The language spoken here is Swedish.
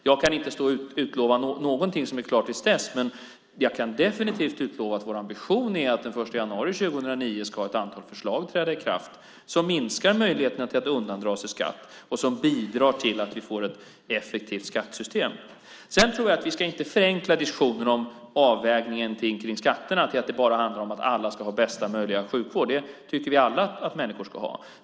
Jag kan inte utlova någonting som är klart till dess, men jag kan definitivt utlova att vår ambition är att den 1 januari 2009 ska ett antal förslag träda i kraft som minskar möjligheten att undandra sig skatt och som bidrar till att vi får ett effektivt skattesystem. Sedan tror jag att vi inte ska förenkla diskussionen om avvägningen kring skatterna till att det bara handlar om att alla ska ha bästa möjliga sjukvård. Det tycker vi alla att människor ska ha.